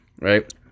Right